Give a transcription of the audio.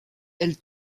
elles